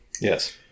Yes